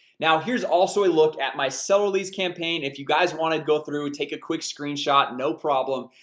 now, here's also a look at my seller leads campaign. if you guys wanna go through, take a quick screenshot, no problem.